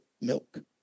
milk